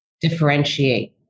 differentiate